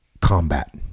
Combat